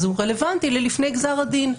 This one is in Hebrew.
אז הוא רלוונטי לפני גזר הדין.